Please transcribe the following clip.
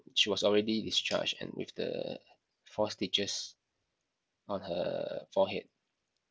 she was already discharged and with the four stitches on her forehead